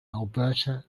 alberta